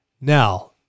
Now